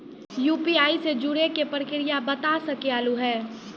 UPI से जुड़े के प्रक्रिया बता सके आलू है?